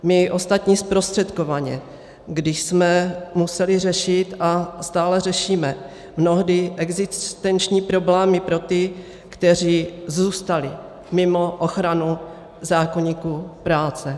My ostatní zprostředkovaně, když jsme museli řešit a stále řešíme mnohdy existenční problémy pro ty, kteří zůstali mimo ochranu zákoníku práce.